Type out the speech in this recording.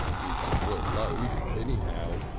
it's well laid anyhow.